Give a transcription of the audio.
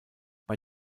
bei